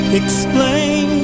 explain